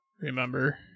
remember